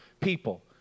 people